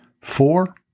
four